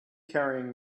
carrying